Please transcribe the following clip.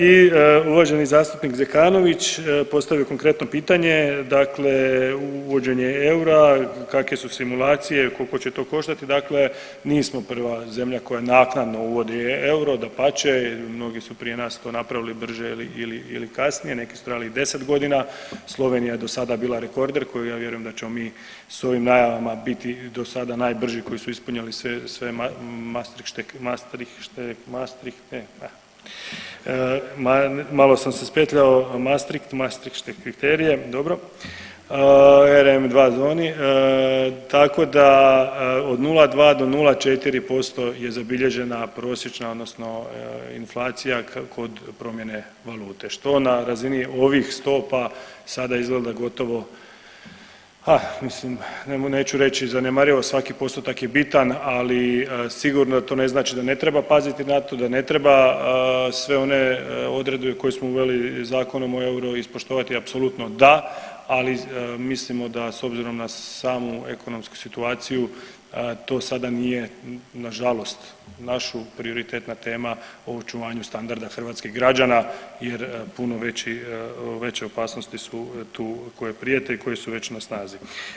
I uvaženi zastupnik Zekanović postavio je konkretno pitanje, dakle uvođenje eura kakve su simulacije, koliko će to koštati, dakle nismo prva zemlja koja naknadno uvodi euro, dapače mnogi su to prije nas napravili brže ili kasnije, neki su trebali 10 godina, Slovenija je do sada bila rekorder koji ja vjerujem da ćemo mi s ovim najavama biti do sada najbrži koji su ispunili svi mastrihte da, malo sam se spetljao Mastricht, mastriške kriterije dobro, RM2 zoni tako da od 0,2 do 0,4% je zabilježena prosječna odnosno inflacija kod promjene valute, što na razini ovih stopa sada izgleda gotovo pa mislim, neću reći zanemarivo svaki postotak je bitan, ali sigurno da to ne znači da ne treba paziti na to, da ne treba sve one odredbe koje smo uveli Zakonom o euru ispoštovati, apsolutno da, ali mislimo da s obzirom na samu ekonomsku situaciju to sada nije nažalost našu prioritetna tema o očuvanju standarda hrvatskih građana jer puno veće opasnosti su tu koje prijete koje su već na snazi.